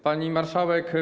Pani Marszałek!